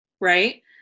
right